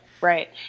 right